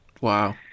Wow